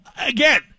again